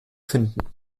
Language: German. finden